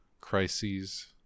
crises